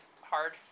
hard